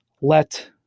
let